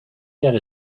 jahre